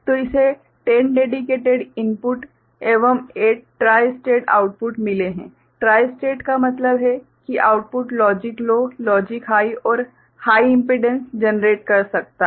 तो इसे 10 dedicated input एवं 8 ट्राई स्टेट आउटपुट मिले हैं ट्राई स्टेट का मतलब है कि output logic low logic high और हाइ इम्पीडेंस जनरेट कर सकता है